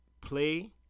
play